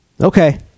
Okay